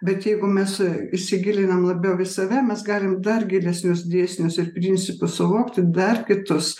bet jeigu mes įsigilinam labiau į save mes galim dar gilesnius dėsnius ir kitus